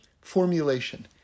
formulation